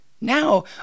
Now